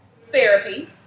Therapy